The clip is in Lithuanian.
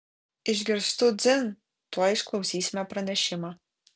išgirstu dzin tuoj išklausysime pranešimą